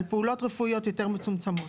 על פעולות רפואיות יותר מצומצמות.